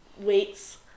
weights